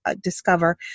discover